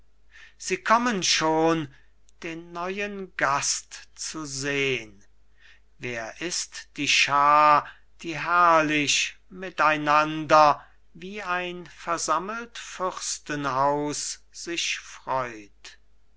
sie kommen schon den neuen gast zu sehn wer ist die schaar die herrlich mit einander wie ein versammelt fürstenhaus sich freut